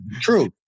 True